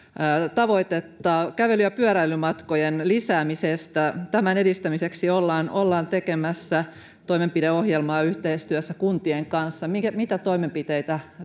tavoitetta kävely ja pyöräilymatkojen lisäämisestä tämän edistämiseksi ollaan ollaan tekemässä toimenpideohjelmaa yhteistyössä kuntien kanssa mitä toimenpiteitä